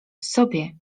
sobie